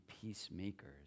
peacemakers